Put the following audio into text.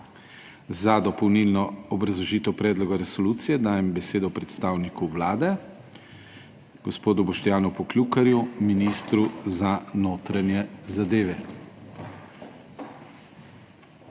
Za dopolnilno obrazložitev predloga resolucije dajem besedo predstavniku Vlade gospodu Boštjanu Poklukarju, ministru za notranje zadeve.